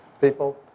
people